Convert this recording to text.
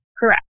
Correct